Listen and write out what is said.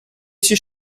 essi